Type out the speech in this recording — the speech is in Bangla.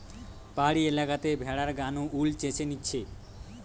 পাহাড়ি এলাকাতে ভেড়ার গা নু উল চেঁছে লিছে